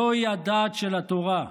זוהי הדעת של התורה: